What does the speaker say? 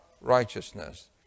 righteousness